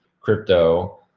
crypto